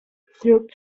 through